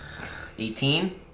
18